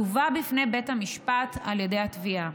תובא בפני בית המשפט על ידי התביעה.